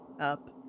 up